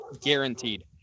guaranteed